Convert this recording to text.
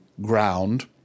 ground